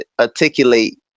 articulate